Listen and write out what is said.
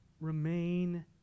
remain